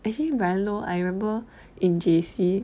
actually bryan low I remember in J_C